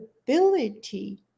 ability